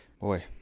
Boy